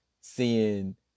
seeing